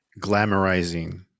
glamorizing